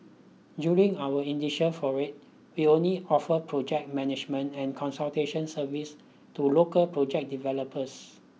during our initial foray we only offered project management and consultation service to local project developers